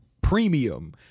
premium